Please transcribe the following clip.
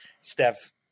Steph